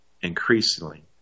increasingly